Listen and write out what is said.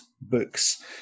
books